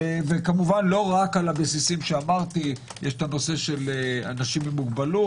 וכמובן לא רק על הבסיסים שאמרתי: יש נושא של אנשים עם מוגבלות,